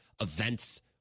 events